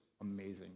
amazing